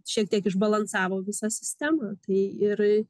šiek tiek išbalansavo visą sistemą tai ir